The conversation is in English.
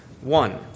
One